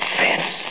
fence